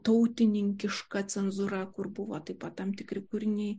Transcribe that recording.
tautininkiška cenzūra kur buvo taip pat tam tikri kūriniai